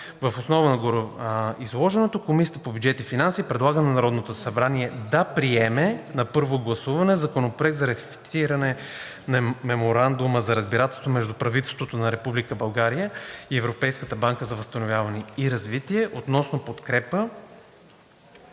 Въз основа на гореизложеното Комисията по бюджет и финанси предлага на Народното събрание да приеме на първо гласуване Законопроект за ратифициране на Меморандума за разбирателство между правителството на Република България и Европейската банка за възстановяване и развитие относно подкрепа